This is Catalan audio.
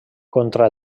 contra